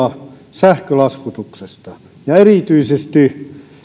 sähkölaskutuksesta ja erityisesti siirtohinnoista